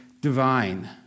divine